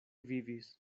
vivis